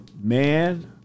Man